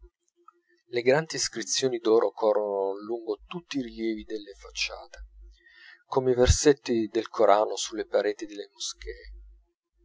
le grandi iscrizioni d'oro corrono lungo tutti i rilievi delle facciate come i versetti del corano sulle pareti